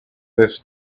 this